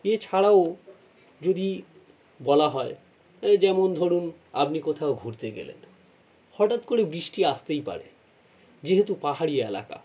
এছাড়াও যদি বলা হয় এ যেমন ধরুন আপনি কোথাও ঘুরতে গেলেন হঠাৎ করে বৃষ্টি আসতেই পারে যেহেতু পাহাড়ি এলাকা